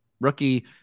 rookie